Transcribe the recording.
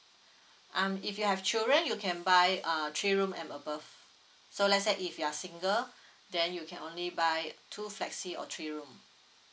um if you have children you can buy uh three room and above so let's say if you are single then you can only buy two flexi or three room